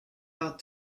out